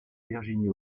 virginie